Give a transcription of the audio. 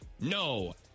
No